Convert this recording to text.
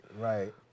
Right